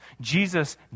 Jesus